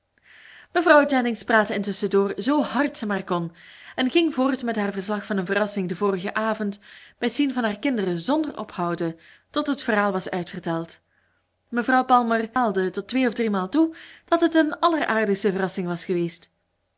mevrouw jennings praatte intusschen door zoo hard ze maar kon en ging voort met haar verslag van hun verrassing den vorigen avond bij t zien van haar kinderen zonder ophouden tot het verhaal was uitverteld mevrouw palmer lachte hartelijk bij de herinnering aan aller verbazing en allen verhaalden tot twee of driemaal toe dat het een alleraardigste verrassing was geweest